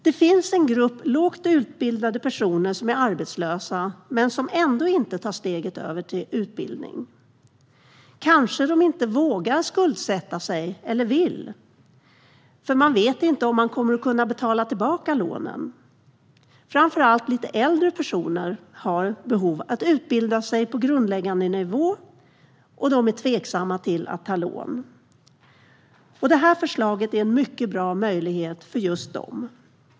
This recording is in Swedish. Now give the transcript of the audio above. Det finns en grupp lågt utbildade personer som är arbetslösa men som ändå inte tar steget över till utbildning. Kanske vågar eller vill de inte skuldsätta sig, för de vet inte om de kommer att kunna betala tillbaka lånen. Framför allt är lite äldre personer som har behov av att utbilda sig på grundläggande nivå tveksamma till att ta lån. Detta förslag är en mycket bra möjlighet för dem.